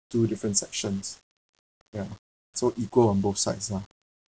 two different sections ya so equal on both sides lah